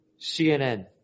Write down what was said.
CNN